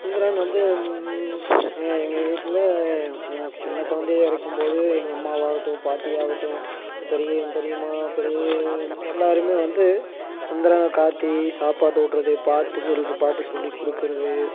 சந்திரன் வந்து எங்கள் வீட்டில் எனக்கு சின்னக் குழந்தையா இருக்கும்போது எங்கள் அம்மாவாகட்டும் பாட்டியாகட்டும் பெரிய பெரியம்மா எல்லோருமே வந்து சந்திரனைக் காட்டி சாப்பாடு ஊட்டுறது பாட்டு சொல்றது பாட்டு சொல்லிக் கொடுக்குறது